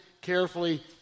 carefully